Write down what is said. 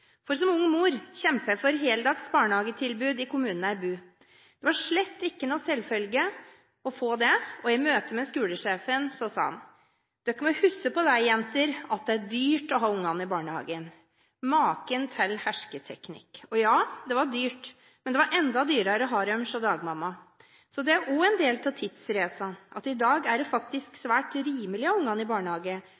dag. Som ung mor kjempet jeg for heldags barnehagetilbud i kommunen jeg bor. Det var slett ingen selvfølge å få det, og i møte med skolesjefen sa han: Dere må huske det, jenter, at det er dyrt å ha ungene i barnehagen. Maken til hersketeknikk. Og ja, det var dyrt, men det var enda dyrere å ha dem hos dagmamma. Så det er også en del av tidsreisen, at i dag er det faktisk